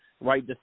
right